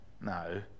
no